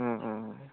অঁ অঁ